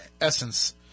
essence